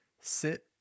sit